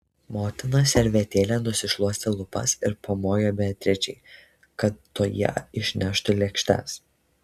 motina servetėle nusišluostė lūpas ir pamojo beatričei kad toji išneštų lėkštes